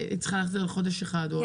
את צריכה להחזיר על חודש אחד?